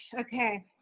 Okay